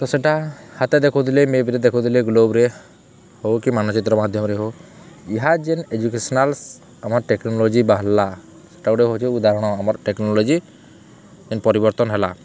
ତ ସେଟା ହାତେ ଦେଖଉଥିଲେ ମେପ୍ରେ ଦେଖଉଥିଲେ ଗ୍ଲୋବ୍ରେ ହେଉ କି ମାନଚିତ୍ର ମାଧ୍ୟମ୍ରେ ହେଉ ଯେନ୍ ଏଜୁକେସନାଲ୍ ଆମର୍ ଟେକ୍ନୋଲୋଜି ବାହାରିଲା ସେଟା ଗୁଟେ ହେଉଛେ ଉଦାହରଣ ଆମର୍ ଟେକ୍ନୋଲୋଜି ଯେନ୍ ପରିବର୍ତ୍ତନ୍ ହେଲା